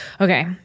Okay